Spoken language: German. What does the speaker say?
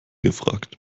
gefragt